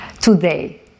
today